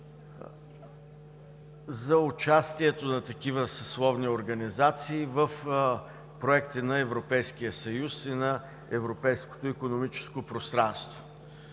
за участието на такива съсловни организации в проекти на Европейския съюз и на Европейското икономическо пространство.